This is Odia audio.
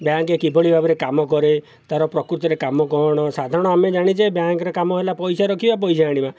ବ୍ୟାଙ୍କ୍ କିଭଳି ଭାବରେ କାମ କରେ ତା'ର ପ୍ରକୃତରେ କାମ କ'ଣ ସାଧାରଣ ଆମେ ଜାଣିଛେ ବ୍ୟାଙ୍କ୍ ରେ କାମ ହେଲା ପଇସା ରଖିବା ପଇସା ଆଣିବା